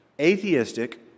Atheistic